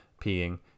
peeing